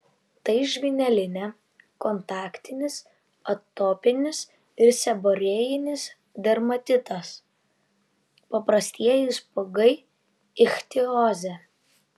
tai žvynelinė kontaktinis atopinis ir seborėjinis dermatitas paprastieji spuogai ichtiozė